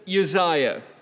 Uzziah